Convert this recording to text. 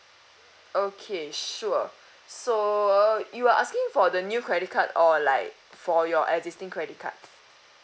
okay sure so uh you are asking for the new credit card or like for your existing credit cards